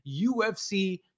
UFC